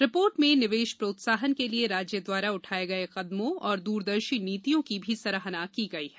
report में निवेश प्रोत्साहन के लिये राज्य द्वारा उठाये गये कदमों तथा दूरदर्शी नीतियों की भी सराहना की गई है